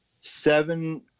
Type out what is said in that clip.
seven